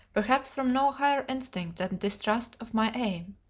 perhaps from no higher instinct than distrust of my aim.